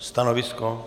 Stanovisko?